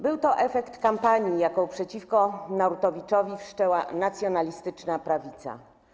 Był to efekt kampanii, jaką przeciwko Narutowiczowi wszczęła nacjonalistyczna prawica.